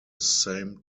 same